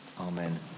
Amen